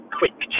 quick